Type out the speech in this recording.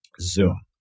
Zoom